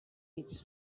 its